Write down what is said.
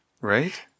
Right